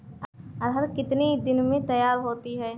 अरहर कितनी दिन में तैयार होती है?